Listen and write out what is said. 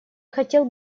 хотел